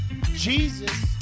jesus